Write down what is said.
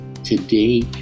Today